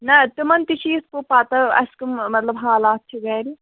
نہَ تِمَن تہِ چھِ یِتھٕ کٔنۍ پَتہٕ اَسہِ کٕم مطلب حالات چھِ گَرِ